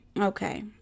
Okay